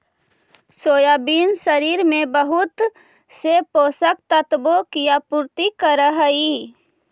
soybean शरीर में बहुत से पोषक तत्वों की आपूर्ति करअ हई